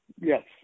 Yes